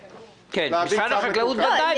משרד החקלאות בוודאי.